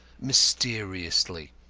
mysteriously,